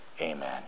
amen